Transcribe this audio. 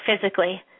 physically